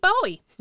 Bowie